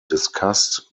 discussed